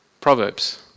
Proverbs